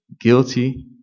Guilty